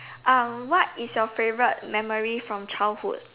um what is your favourite memory from childhood